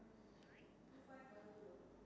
but then I think singer you have to write your own lyrics